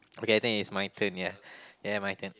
okay I think it's my turn yeah yeah my turn